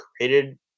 created